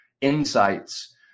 insights